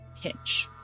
pitch